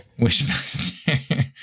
Wishmaster